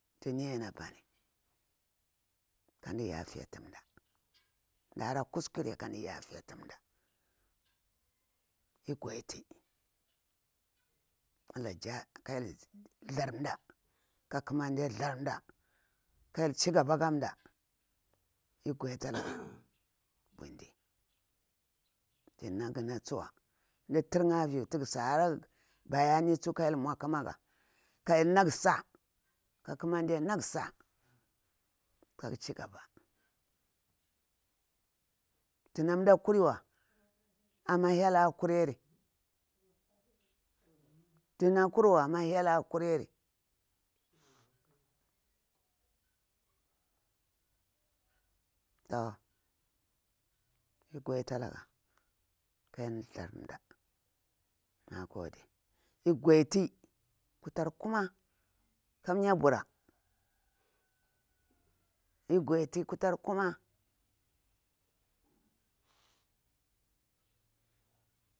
Duniya ni apanika mda yafetu mda mi hara kuskure kaɗu yafe tu amda iki goditi allah yaja ka hyel thar nda ka kamande thar nda ka hyel cigaba kam nda ik godita daga bundi mda tir nya aha viu tsuwa kagu si hara bayani tsuwa ka hyel thar mda ka kamande thar mda ka hyel naga saa ka ƙamande naga sa'a ka chigaba thah mda kuriwa amma hyel a kuriyari thah na kurwa amma hyel a kuriari ika dogita laga ka hyel thar mda nagode ik goditi kutar kuma ka mya bura ik goditi kutar kuma